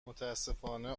متاسفانه